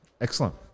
excellent